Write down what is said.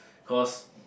cause